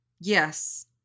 Yes